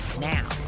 now